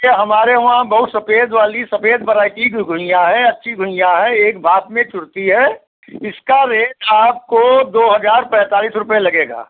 ये हमारे वहाँ बहुत सफेद वाली सफेद वराइटी की घुइयाँ है अच्छी घुइयाँ है एक भाप में चुरती है इसका रेट आपको दो हजार पैंतालीस रुपये लगेगा